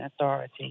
authority